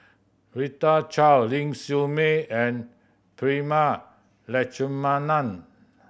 Rita Chao Ling Siew May and Prema Letchumanan